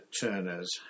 Turner's